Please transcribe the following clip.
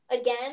Again